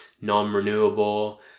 non-renewable